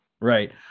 Right